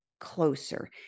closer